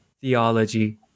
theology